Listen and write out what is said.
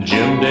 Jim